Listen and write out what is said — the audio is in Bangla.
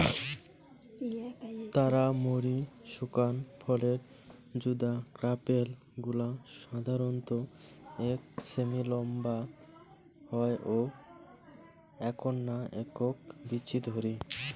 তারা মৌরি শুকান ফলের যুদা কার্পেল গুলা সাধারণত এক সেমি নম্বা হয় ও এ্যাকনা একক বীচি ধরি